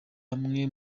hamwe